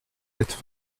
êtes